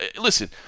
listen